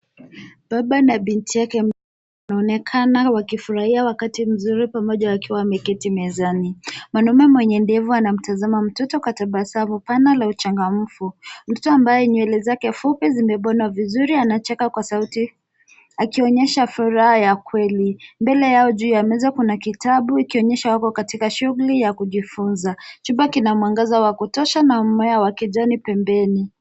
Baba na binti yake wanaonekana wakifurahia wakati mzuri pamoja wakiwa wameketi mezani. Mwanaume mwenye ndevu anamtazama mtoto kwa tabasamu pana la uchangamfu . Mtoto ambaye nywele zake fupi zimebanwa vizuri anacheka kwa sauti akionyesha furaha ya kweli. Mbele yao juu ya meza kuna kitabu ikionyesha wako katika shighuli ya kujifunza. Chumba kina mwangaza wa kutosha na mmea wa kijani pembeni.